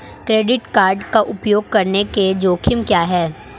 Credit card का उपयोग करने के जोखिम क्या हैं?